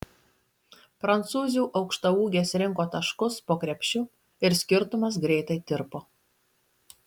prancūzių aukštaūgės rinko taškus po krepšiu ir skirtumas greitai tirpo